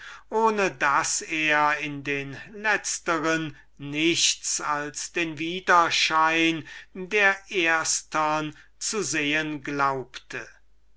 und daß er in den letztern nichts als den widerschein der ersten zu sehen glaubte